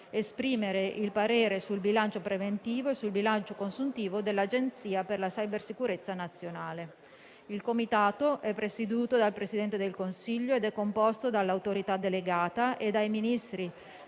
esprimere il parere sul bilancio preventivo e sul bilancio consuntivo dell'Agenzia per la cybersicurezza nazionale. Il Comitato è presieduto dal Presidente del Consiglio ed è composto dall'autorità delegata e dai Ministri